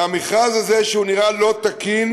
במכרז הזה, שנראה לא תקין,